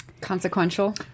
consequential